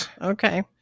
okay